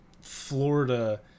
Florida